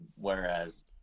whereas